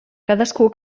cadascú